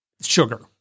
sugar